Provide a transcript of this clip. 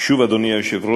אדוני היושב-ראש,